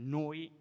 noi